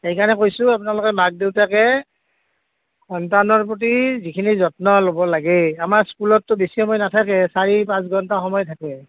সেই কাৰণে কৈছোঁ আপোনালোকে মাক দেউতাকে সন্তানৰ প্ৰতি যিখিনি যত্ন ল'ব লাগে আমাৰ স্কুলততো বেছি সময় নাথাকে চাৰি পাঁচ ঘন্টা সময় থাকে